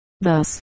thus